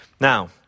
Now